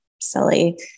silly